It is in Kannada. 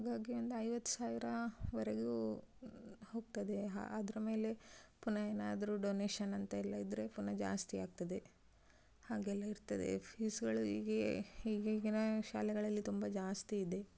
ಹಾಗಾಗಿ ಒಂದು ಐವತ್ತು ಸಾವಿರವರೆಗೂ ಹೋಗ್ತದೆ ಹ ಅದರ ಮೇಲೆ ಪುನಃ ಏನಾದರೂ ಡೊನೆಷನ್ ಅಂತ ಎಲ್ಲ ಇದ್ದರೆ ಪುನಃ ಜಾಸ್ತಿಯಾಗ್ತದೆ ಹಾಗೆಲ್ಲ ಇರ್ತದೆ ಫೀಸ್ಗಳು ಈಗ ಈಗೀಗಿನ ಶಾಲೆಗಳಲ್ಲಿ ತುಂಬ ಜಾಸ್ತಿ ಇದೆ